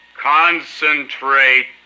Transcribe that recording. concentrate